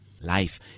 Life